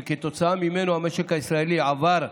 שכתוצאה ממנו המשק הישראלי עבר,